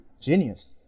genius